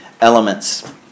elements